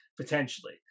potentially